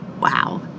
wow